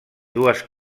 dues